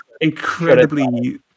Incredibly